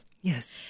Yes